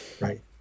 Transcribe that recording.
right